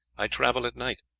i travel at night,